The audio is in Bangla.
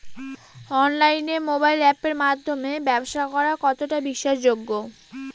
অনলাইনে মোবাইল আপের মাধ্যমে ব্যাবসা করা কতটা বিশ্বাসযোগ্য?